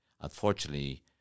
Unfortunately